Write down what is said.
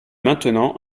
maintenant